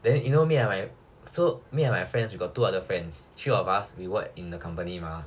then you know me and my so me and my friends we got two other friends three of us we work in the company mah